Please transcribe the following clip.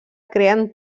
creant